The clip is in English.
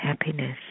happiness